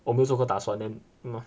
我没有做过打算 then